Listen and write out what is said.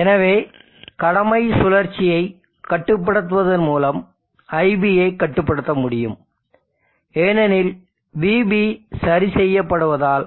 எனவே கடமை சுழற்சியை கட்டுப்படுத்துவதன் மூலம் iBஐ கட்டுப்படுத்த முடியும் ஏனெனில் vB சரி செய்யப்படுவதால்